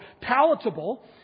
palatable